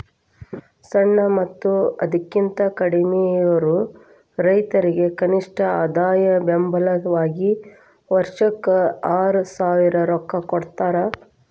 ಸಣ್ಣ ಮತ್ತ ಅದಕಿಂತ ಕಡ್ಮಿಯಿರು ರೈತರಿಗೆ ಕನಿಷ್ಠ ಆದಾಯ ಬೆಂಬಲ ವಾಗಿ ವರ್ಷಕ್ಕ ಆರಸಾವಿರ ರೊಕ್ಕಾ ಕೊಡತಾರ